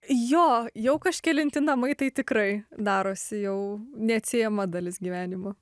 jo jau kažkelinti namai tai tikrai darosi jau neatsiejama dalis gyvenimo